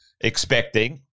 expecting